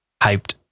hyped